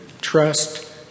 trust